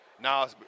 Now